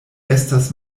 estas